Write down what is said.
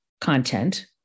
content